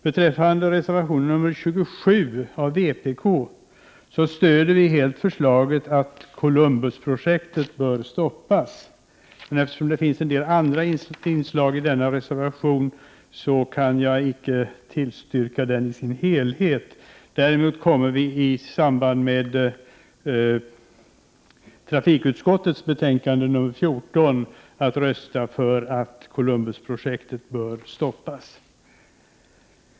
Beträffande reservation 27 av vpk stöder vi helt förslaget att Prometheusprojektet bör stoppas, men eftersom det finns en del andra inslag i denna reservation kan jag icke tillstyrka den i dess helhet. Däremot kommer vi i samband med trafikutskottets betänkande 14 att rösta för att Prometheusprojektet bör stoppas.